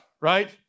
right